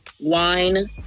Wine